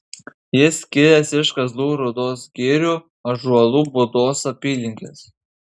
jis kilęs iš kazlų rūdos girių ąžuolų būdos apylinkės